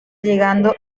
llegando